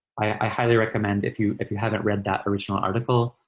i highly recommend, if you if you haven't read that original article,